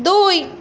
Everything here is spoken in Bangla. দুই